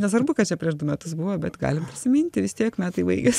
nesvarbu kad čia prieš du metus buvo bet galim prisiminti vis tiek metai baigėsi